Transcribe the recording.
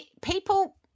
People